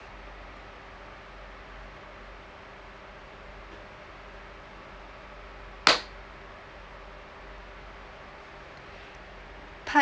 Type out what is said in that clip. part